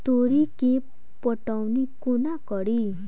तोरी केँ पटौनी कोना कड़ी?